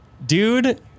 dude